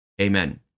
Amen